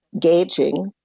gauging